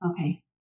Okay